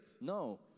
No